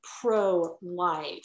pro-life